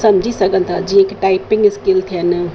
सम्झी सघनि था जीअं कि टाइपिंग स्किल थियनि